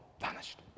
vanished